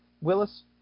Willis